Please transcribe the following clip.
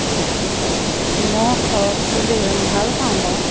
মই শৰৎটো ভালপাওঁ বাৰু